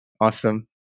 Awesome